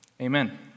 Amen